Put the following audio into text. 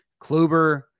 Kluber